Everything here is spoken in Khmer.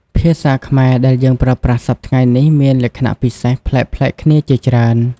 ភាសាខ្មែរដែលយើងប្រើប្រាស់សព្វថ្ងៃនេះមានលក្ខណៈពិសេសប្លែកៗគ្នាជាច្រើន។